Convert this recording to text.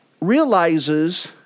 realizes